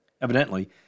Evidently